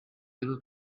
able